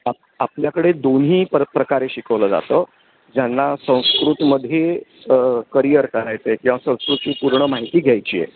आप आपल्याकडे दोन्ही प्र प्रकारे शिकवलं जातं ज्यांना संस्कृतमध्ये करिअयर करायचं आहे किंवा संस्कृतची पूर्ण माहिती घ्यायची आहे